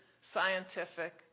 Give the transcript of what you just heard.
scientific